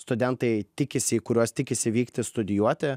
studentai tikisi į kuriuos tikisi vykti studijuoti